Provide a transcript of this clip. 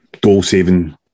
goal-saving